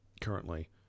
Currently